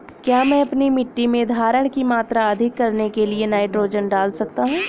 क्या मैं अपनी मिट्टी में धारण की मात्रा अधिक करने के लिए नाइट्रोजन डाल सकता हूँ?